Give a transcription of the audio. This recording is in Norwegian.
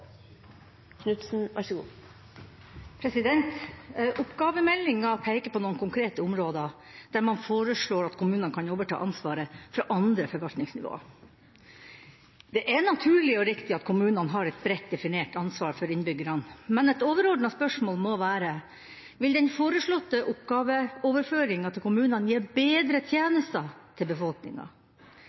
Oppgavemeldinga peker på noen konkrete områder der man foreslår at kommunene kan overta ansvaret fra andre forvaltningsnivåer. Det er naturlig og riktig at kommunene har et bredt definert ansvar for innbyggerne, men et overordnet spørsmål må være: Vil den foreslåtte oppgaveoverføringa til kommunene gi bedre tjenester for befolkninga?